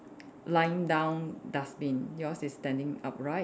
lying down dustbin yours is standing upright